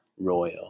royal